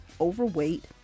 overweight